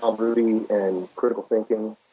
um ruby and critical thinking,